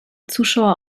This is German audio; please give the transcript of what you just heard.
zuschauer